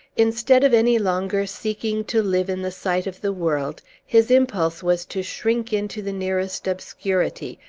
instead of any longer seeking to live in the sight of the world, his impulse was to shrink into the nearest obscurity,